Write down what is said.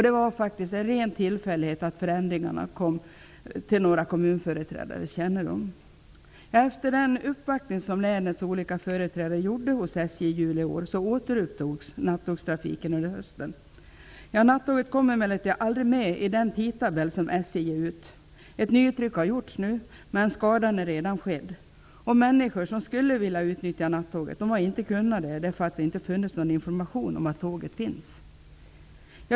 Det var faktiskt en ren tillfällighet att förändringarna kom till några kommunföreträdares kännedom. Efter den uppvaktning som länets olika företrädare gjorde hos SJ i juli i år återupptogs nattågstrafiken under hösten. Nattåget kom emellertid aldrig med i den tidtabell som SJ ger ut. Ett nytryck har gjorts, men skadan är redan skedd. Människor som skulle vilja utnyttja nattåget har inte kunnat göra det därför att det inte har funnits någon information om att tåget finns.